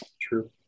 True